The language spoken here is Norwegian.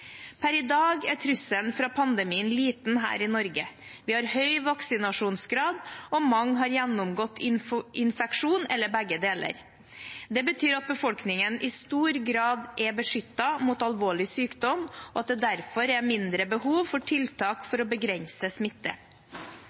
Per i dag er trusselen fra pandemien liten her i Norge. Vi har høy grad av vaksinasjon, og mange har gjennomgått infeksjon eller begge deler. Det betyr at befolkningen i stor grad er beskyttet mot alvorlig sykdom, og at det er derfor mindre behov for tiltak for å begrense smitte.